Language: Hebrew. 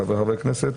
חבריי חברי הכנסת,